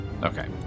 okay